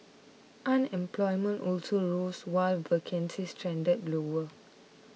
unemployment also rose while vacancies trended lower